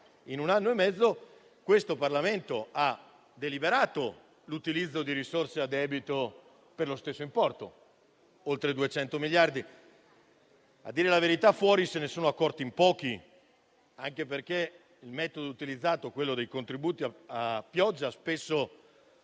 in un anno e mezzo ha già deliberato l'utilizzo di risorse a debito per lo stesso importo, oltre 200 miliardi. A dire la verità, là fuori se ne sono accorti in pochi, anche perché il metodo utilizzato, quello dei contributi a pioggia, spesso ha segnato